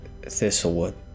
Thistlewood